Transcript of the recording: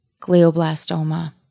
glioblastoma